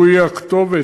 שהוא יהיה הכתובת